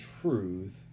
truth